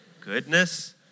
goodness